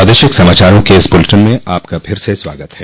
प्रादेशिक समाचारों के इस बुलेटिन में आपका फिर से स्वागत है